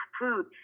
food